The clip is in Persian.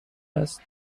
است